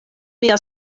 mia